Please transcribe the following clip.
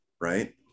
right